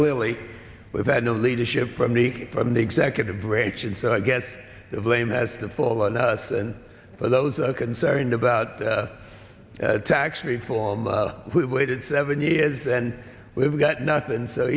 clearly we've had no leadership from the from the executive branch and so i guess that lame has to fall on us and but those are concerned about tax reform we've waited seven years and we've got nothing